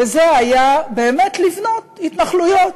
וזה היה באמת לבנות התנחלויות